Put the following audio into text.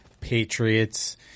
Patriots